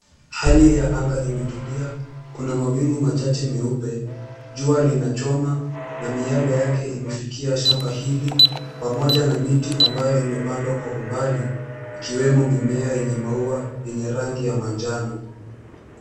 Hali ya anga imetulia, kuna mawingu machache meupe, jua linachoma na miale yake imefikia shamba hili pamoja na miti ambayo imepandwa kwa umbali, ikiwemo mimea yenye maua yenye rangi ya manjano.